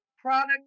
product